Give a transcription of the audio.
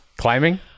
climbing